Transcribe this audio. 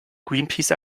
greenpeace